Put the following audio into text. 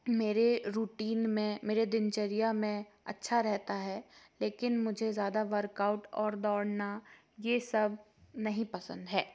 मेरे रूटीन में मेरे दिनचर्या में अच्छा रहता है लेकिन मुझे ज़्यादा वर्कआउट और दौड़ना ये सब नही पसंद है